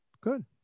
Good